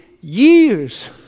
years